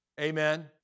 Amen